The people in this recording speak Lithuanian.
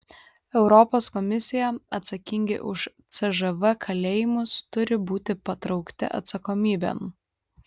europos komisija atsakingi už cžv kalėjimus turi būti patraukti atsakomybėn